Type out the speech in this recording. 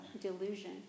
delusion